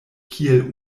kiel